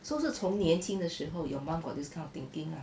so 是从年轻的时候 your mum got this kind of thinking lah